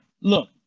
look